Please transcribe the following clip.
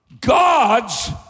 God's